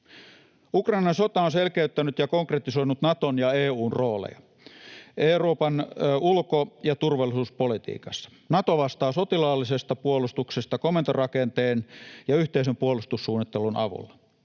Ukrainan sota on selkeyttänyt ja konkretisoinut Naton ja EU:n rooleja Euroopan ulko- ja turvallisuuspolitiikassa. Nato vastaa sotilaallisesta puolustuksesta komentorakenteen ja yhteisen puolustussuunnittelun avulla.